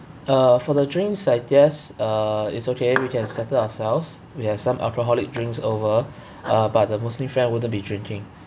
uh for the drinks I guess uh it's okay we can settle ourselves we have some alcoholic drinks over uh but the muslim friend wouldn't be drinking